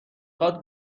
خواد